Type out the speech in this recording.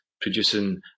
producing